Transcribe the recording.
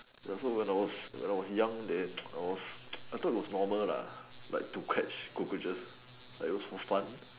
ya so I was young I thought was normal to catch cockroaches like it was for fun